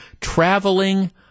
traveling